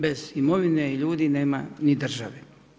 Bez imovine i ljudi nema ni države.